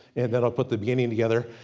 and then i'll put the beginning together.